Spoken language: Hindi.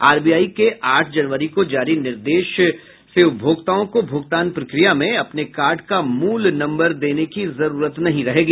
आरबीआई के आठ जनवरी को जारी दिशा निर्देश से उपभोक्ताओं को भुगतान प्रक्रिया में अपने कार्ड का मूल नम्बर देने की जरूरत नहीं रहेगी